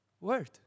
Word